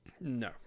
No